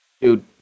dude